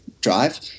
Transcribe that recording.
drive